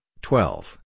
twelve